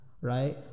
right